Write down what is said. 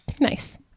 nice